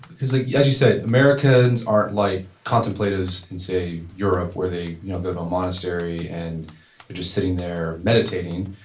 like yeah as you said, americans aren't like contemplatives and say europe, where they you know go to a monastery and they're just sitting there, meditating.